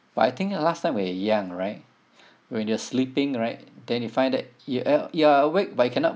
but I think last time when you're young right when you're sleeping right then you find that you uh you are awake but you cannot